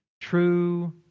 true